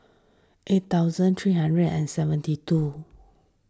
eight thousand three hundred and seventy two